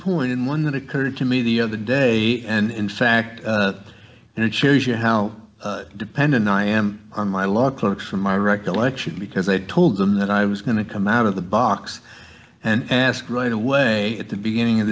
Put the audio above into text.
point and one that occurred to me the other day and in fact and it shows you how dependent i am on my law clerks from my recollection because i had told them that i was going to come out of the box and ask right away at the beginning of